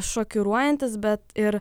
šokiruojantys bet ir